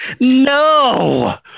No